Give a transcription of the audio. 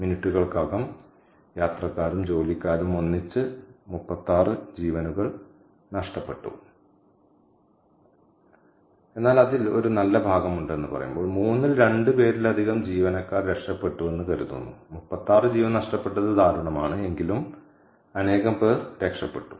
മിനിറ്റുകൾക്കകം യാത്രക്കാരും ജോലിക്കാരും ഒന്നിച്ച് 36 ജീവനുകൾ നഷ്ടപ്പെട്ടു എന്നാൽ അതിൽ ഒരു നല്ല ഭാഗം ഉണ്ടെന്ന് പറയുമ്പോൾ മൂന്നിൽ രണ്ട് പേരിലധികം ജീവൻ രക്ഷപ്പെട്ടുവെന്ന് കരുതുന്നു 36 ജീവൻ നഷ്ടപ്പെട്ടത് ദാരുണമാണ് എങ്കിലും അനേകം പേർ രക്ഷപ്പെട്ടു